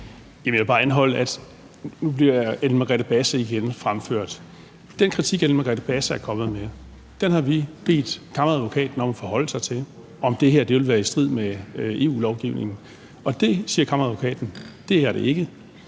jeg bare anholde. Nu bliver Ellen Margrethe Basse igen nævnt. Den kritik, Ellen Margrethe Basse er kommet med, har vi bedt Kammeradvokaten om at forholde sig til, altså om det her vil være i strid med EU-lovgivning. Og det er det ikke, siger Kammeradvokaten. Vi har fået